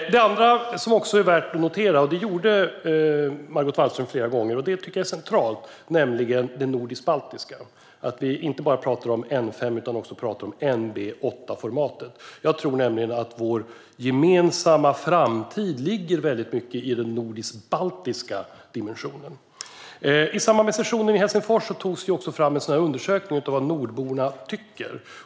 Något annat som är värt att notera är att Margot Wallström flera gånger tog upp det nordisk-baltiska. Det är centralt att vi inte bara pratar om N5 utan också om NB8-formatet. Jag tror nämligen att vår gemensamma framtid i hög grad ligger i den nordisk-baltiska dimensionen. I samband med sessionen i Helsingfors tog man fram en undersökning av vad nordborna tycker.